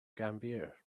gambier